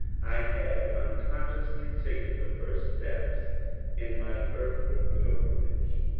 i had unconsciously taken the first steps in my earthward pilgrimage.